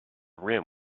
rim